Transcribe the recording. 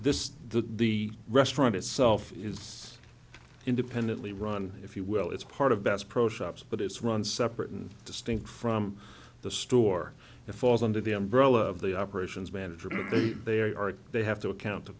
the the restaurant itself is independently run if you will it's part of bass pro shops but it's run separate and distinct from the store it falls under the umbrella of the operations manager who believe they are they have to account to